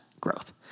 growth